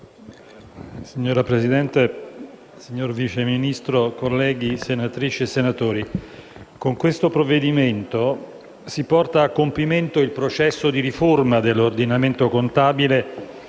Signora Presidente, signor Vice Ministro, colleghi senatrici e senatori, con questo provvedimento si porta a compimento il processo di riforma dell'ordinamento contabile